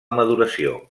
maduració